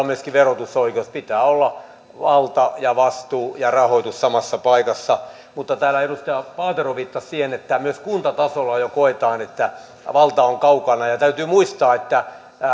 myöskin verotusoikeus pitää olla valta ja vastuu ja rahoitus samassa paikassa mutta täällä edustaja paatero viittasi siihen että myös kuntatasolla jo koetaan että valta on kaukana ja ja täytyy muistaa että